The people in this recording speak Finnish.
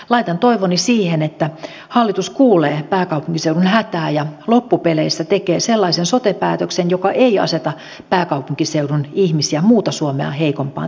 laitan toivoni siihen että hallitus kuulee pääkaupunkiseudun hätää ja loppupeleissä tekee sellaisen sote päätöksen joka ei aseta pääkaupunkiseudun ihmisiä muuta suomea heikompaan tilanteeseen